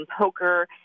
poker